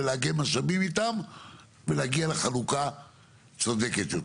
ולאגם משאבים איתם ולהגיע לחלוקה צודקת יותר.